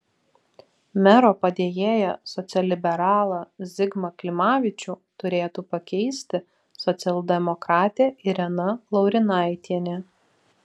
mero padėjėją socialliberalą zigmą klimavičių turėtų pakeisti socialdemokratė irena laurinaitienė